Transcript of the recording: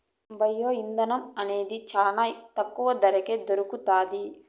bio ఇంధనం అనేది చానా తక్కువ ధరకే దొరుకుతాది